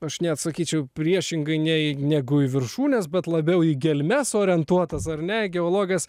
aš net sakyčiau priešingai nei negu į viršūnes bet labiau į gelmes orientuotas ar ne geologas